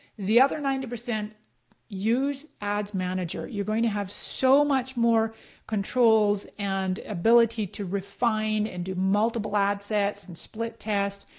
the other ninety, use ads manager. you're going to have so much more controls and ability to refine and do multiple ad sets and split test,